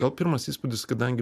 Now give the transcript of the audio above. gal pirmas įspūdis kadangi